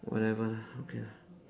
whatever lah okay lah